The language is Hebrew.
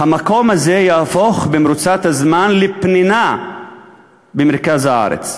המקום הזה יהפוך במרוצת הזמן לפנינה במרכז הארץ.